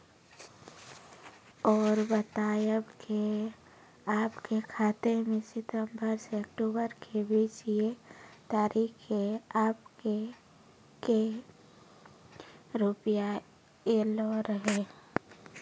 और बतायब के आपके खाते मे सितंबर से अक्टूबर के बीज ये तारीख के आपके के रुपिया येलो रहे?